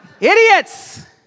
Idiots